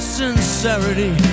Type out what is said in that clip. sincerity